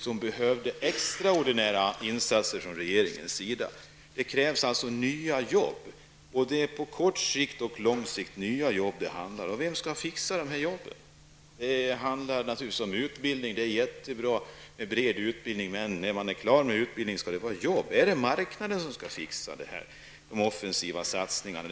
Man behöver extraordinära insatser från regeringens sida. Det krävs nya arbeten. Både på kort och lång sikt är det nya arbeten det handlar om. Vem skall fixa dessa jobb? Det handlar naturligtvis även om utbildning. Det är jättebra med en bred utbildning, men när man är klar med utbildningen skall det finnas arbete. Är det marknaden som skall fixa de offensiva satsningarna.